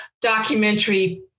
documentary